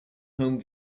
home